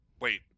Wait